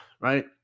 right